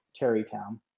Terrytown